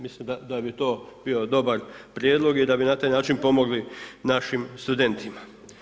Mislim da bi to bio dobar prijedlog i da bi na taj način pomogli našim studentima.